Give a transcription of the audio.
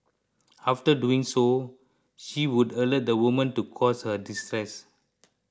after doing so she would alert the woman to cause her distress